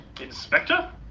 Inspector